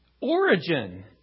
origin